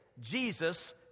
Jesus